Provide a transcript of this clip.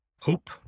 hope